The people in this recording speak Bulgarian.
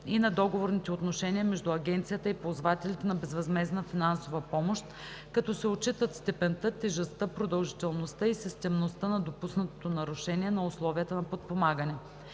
и на договорните отношения между агенцията и ползвателите на безвъзмездна финансова помощ, като се отчитат степента, тежестта, продължителността и системността на допуснатото нарушение на условията на подпомагане.